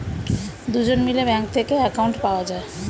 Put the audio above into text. দুজন মিলে ব্যাঙ্ক থেকে অ্যাকাউন্ট পাওয়া যায়